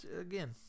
Again